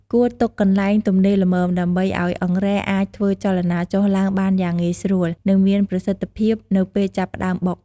គួរទុកកន្លែងទំនេរល្មម ដើម្បីឱ្យអង្រែអាចធ្វើចលនាចុះឡើងបានយ៉ាងងាយស្រួល និងមានប្រសិទ្ធភាពនៅពេលចាប់ផ្ដើមបុក។